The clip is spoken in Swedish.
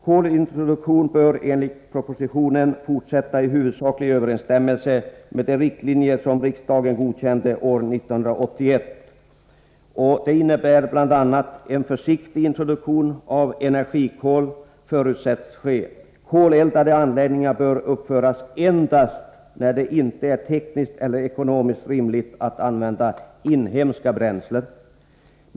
Kolintroduktionen bör enligt propositionen fortsätta i huvudsaklig överensstämmelse med de riktlinjer som riksdagen godkände år 1981. Dessa innebär bl.a.: En försiktig introduktion av energikol förutsätts ske. Koleldade anläggningar bör uppföras endast när det inte är tekniskt eller ekonomiskt rimligt att använda inhemska bränslen.